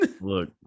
Look